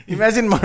Imagine